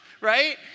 right